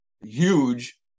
huge